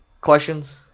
questions